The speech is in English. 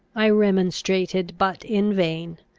i remonstrated, but in vain.